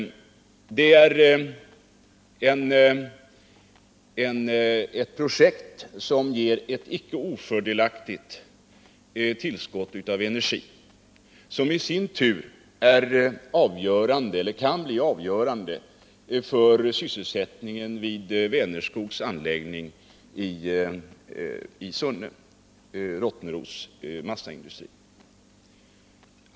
Det är ett projekt som ger ett icke ofördelaktigt tillskott av energi, som i sin tur kan bli avgörande för sysselsättningen vid Vänerskogs anläggning i Sunne, Rottneros massaindustri.